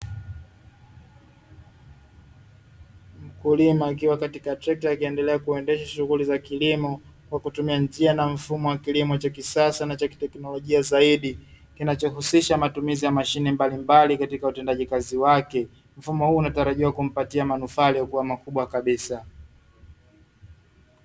Mkulima akiwa katika trekta akiendelea kuendesha shughuli za kilimo, kwa kutumia njia na mfumo wa kilimo cha kisasa na cha kiteknolojia zaidi, kinachohusisha matumizi ya mashine mbalimbali katika utendaji kazi wake. Mfumo huu unatarijiwa kumpatia manufaa yaliyokuwa makubwa kabisa.